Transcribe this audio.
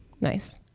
Nice